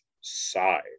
side